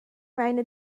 meine